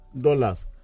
dollars